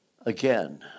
again